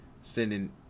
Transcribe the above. Sending